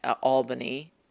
Albany